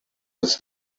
his